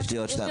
יש לי עוד משהו.